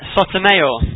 Sotomayor